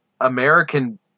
American